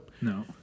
No